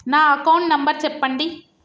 నా account number చెప్పండి?